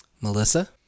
Melissa